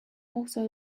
also